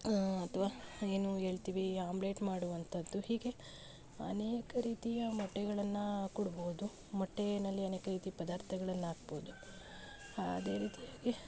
ಅಥವಾ ಏನು ಹೇಳ್ತೀವಿ ಆಮ್ಲೆಟ್ ಮಾಡುವಂಥದ್ದು ಹೀಗೆ ಅನೇಕ ರೀತಿಯ ಮೊಟ್ಟೆಗಳನ್ನು ಕೊಡ್ಬೋದು ಮೊಟ್ಟೆನಲ್ಲಿ ಅನೇಕ ರೀತಿಯ ಪದಾರ್ಥಗಳನ್ನ ಹಾಕ್ಬೋದು ಅದೇ ರೀತಿಯಾಗಿ